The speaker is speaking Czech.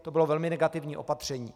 To bylo velmi negativní opatření.